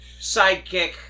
sidekick